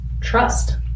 trust